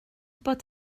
bod